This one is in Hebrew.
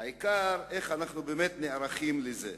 העיקר, איך אנחנו נערכים לזה.